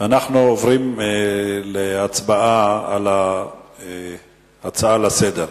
אנחנו עוברים להצבעה על ההצעה לסדר-היום.